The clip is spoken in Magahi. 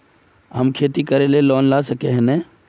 हम खेती करे ले लोन ला सके है नय?